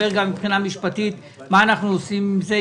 מבחינה משפטית מה אנחנו עושים עם זה.